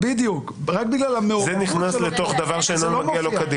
--- זה נכנס לתוך דבר שאינו נוגע לו כדין.